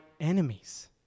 enemies